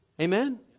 Amen